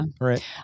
Right